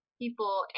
people